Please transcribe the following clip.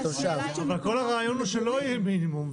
אבל כל הרעיון הוא שלא יהיה מינימום,